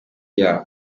yaho